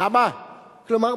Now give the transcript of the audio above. כלומר,